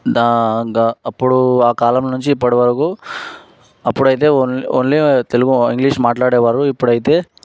దా గా అప్పుడు ఆ కాలం నుంచి ఇప్పటి వరకు అప్పుడైతే ఓన్లీ ఓన్లీ తెలుగు ఇంగ్లీష్ మాట్లాడేవారు ఇప్పుడైతే